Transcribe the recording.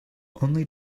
only